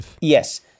yes